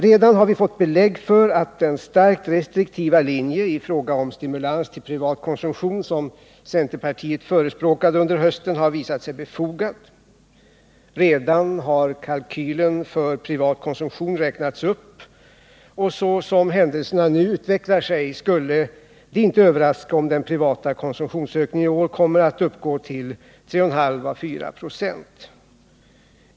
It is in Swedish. Vi har redan fått belägg för att den starkt restriktiva linje i fråga om stimulans till privat konsumtion som centerpartiet förespråkade under hösten var befogad. Kalkylen för privat konsumtion har redan räknats upp, och så som händelserna nu utvecklar sig skulle det inte överraska om den privata konsumtionsökningen i år kommer att uppgå till 3,5 äå 4 26.